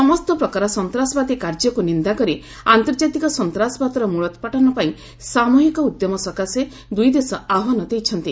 ସମସ୍ତ ପ୍ରକାର ସନ୍ତାସବାଦୀ କାର୍ଯ୍ୟକୁ ନିନ୍ଦା କରି ଆନ୍ତର୍ଜାତିକ ସନ୍ତାସବାଦର ମୂଳୋତ୍ପାଟନ ପାଇଁ ସାମୃହିକ ଉଦ୍ୟମ ସକାଶେ ଦୁଇ ଦେଶ ଆହ୍ୱାନ ଦେଇଛନ୍ତି